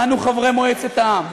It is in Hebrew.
אנו חברי מועצת העם,